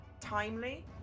timely